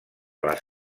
les